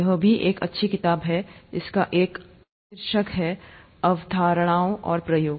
यह भी एक अच्छी किताब हैइसका एक उपशीर्षक है अवधारणाओं और प्रयोग